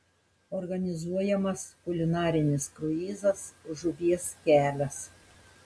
organizuojamas kulinarinis kruizas žuvies kelias